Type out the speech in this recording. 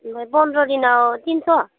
ओमफ्राय पन्द्र' दिनाव तिनस'